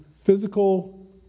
physical